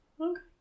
Okay